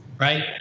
right